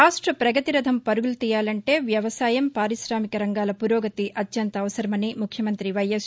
రాష్ట్ర ప్రగతి రథం పరుగు తీయాలంటే వ్యవసాయం పార్పితామిక రంగాల పురోగతి అత్యంత అవసరమని ముఖ్యమంతి వైఎస్